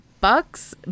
bucks